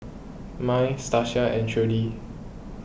Mai Stacia and Trudi